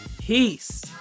Peace